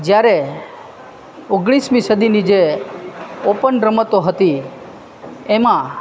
જ્યારે ઓગણીસમી સદીની જે ઓપન રમતો હતી એમાં